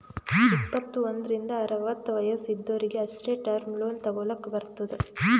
ಇಪ್ಪತ್ತು ಒಂದ್ರಿಂದ್ ಅರವತ್ತ ವಯಸ್ಸ್ ಇದ್ದೊರಿಗ್ ಅಷ್ಟೇ ಟರ್ಮ್ ಲೋನ್ ತಗೊಲ್ಲಕ್ ಬರ್ತುದ್